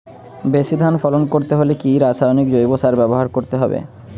বেশি ধান ফলন করতে হলে কি রাসায়নিক জৈব সার ব্যবহার করতে হবে?